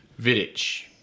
Vidic